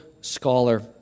scholar